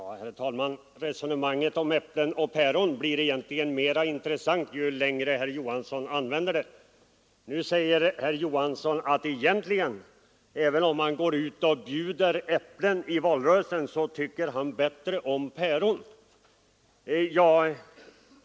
Herr talman! Resonemanget om äpplen och päron blir mer och mer intressant ju längre herr Johansson i Växjö driver det. Nu säger herr Johansson, att även om man bjuder äpplen i valrörelsen, så tycker han ändå bäst om päron.